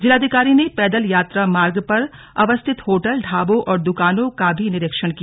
जिलाधिकारी ने पैदल यात्रामार्ग पर अवस्थित होटल ढाबों और द्रकानों का भी निरीक्षण किया